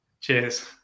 cheers